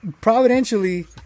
providentially